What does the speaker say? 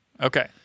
Okay